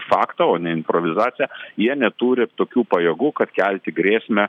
faktą o ne improvizaciją jie neturi tokių pajėgų kad kelti grėsmę